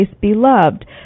beloved